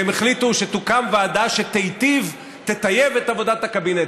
הם החליטו שתוקם ועדה שתטייב את עבודת הקבינט.